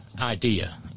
idea